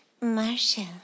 Marshall